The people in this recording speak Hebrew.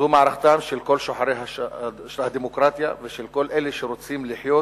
זו מערכתם כל שוחרי הדמוקרטיה ושל כל אלה שרוצים לחיות